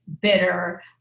bitter